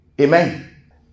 Amen